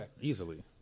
Easily